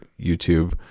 YouTube